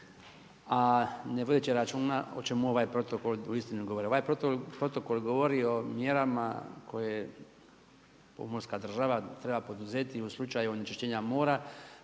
a ne vodeći računa o čemu ovaj protokol uistinu govori. Ovaj protokol govori o mjerama koje pomorska država treba poduzeti u slučaju onečišćenja mora